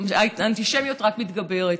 האנטישמיות רק מתגברת.